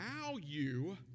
value